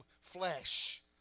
flesh